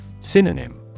Synonym